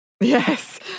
Yes